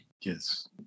Yes